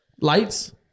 Lights